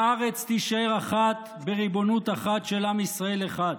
הארץ תישאר אחת בריבונות אחת של עם ישראל אחד.